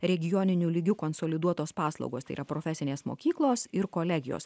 regioniniu lygiu konsoliduotos paslaugos tai yra profesinės mokyklos ir kolegijos